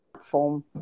form